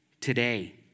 today